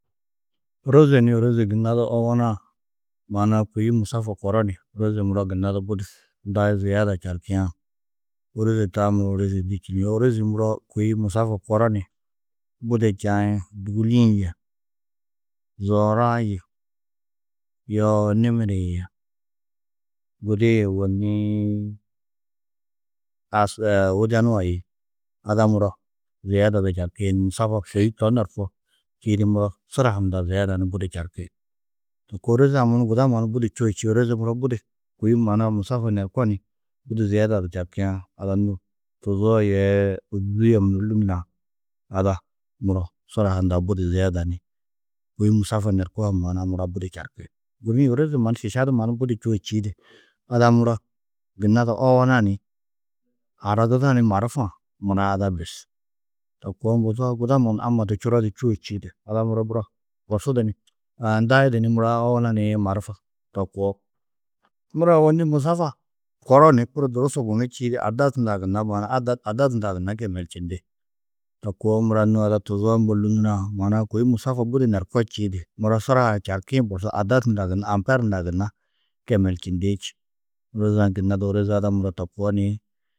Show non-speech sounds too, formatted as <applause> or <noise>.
Ôroze ni ôroze gunna du owonu-ã maana-ã kôi musafa koro ni ôrozi muro gunna du buus ndai ziyeda čarkiã, ôroze taa muro ôrozi ndî čini. Ôrozi muro kôi musafa koro ni budi čaĩ dûguli-ĩ yê zoor-ã yê yoo nimiri-ĩ yê gudi-ĩ ôwonii as <noise> widenu-ã yê ada muro ziyeda du čarki ni musabak kôi to norko čîidi muro suraa hundã ziyeda ni budi čarki. Ôroze-ã <unintelligible> guda mannu budi čûo čîidi, ôroze muro budi kôi maana-ã musafa norko ni budi ziyeda du čarkiã ada nû tuzoo yee ôguzuu ye munurú lûnurã ada muro suraa hundã budi ziyeda ni kôi musafa norkoo maana-ã mura budi čarki. Gudi-ĩ ôroze mannu šiša du budi čûo čîidi, ada muro gunna du owona ni haraduda ni maarufa-ã mura ada bes. To koo, mbozoo guda mannu amma du čuro du čûo čîidi, ada muro muro bosu du ni ndai di ni mura owona nii maarufa to koo. Muro ôwonni musafa koro ni budi durusu gunú čîidi, adad hundã gunna maana-ã adad adad hundã gunna kemelčindi. To koo mura nû ada tuzoo mbo lûnurã maana-ã kôi musafa budi norko čîidi mura suraa čarkĩ borsu adad hundã gunna amper hundã gunna kemelčindi či. Ôroze-ã gunna du ôroze ada muro to koo ni.